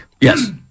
Yes